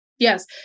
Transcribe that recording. Yes